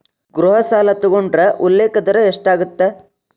ಗೃಹ ಸಾಲ ತೊಗೊಂಡ್ರ ಉಲ್ಲೇಖ ದರ ಎಷ್ಟಾಗತ್ತ